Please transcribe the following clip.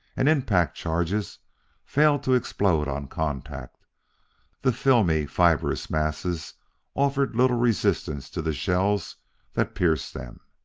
and impact charges failed to explode on contact the filmy, fibrous masses offered little resistance to the shells that pierced them.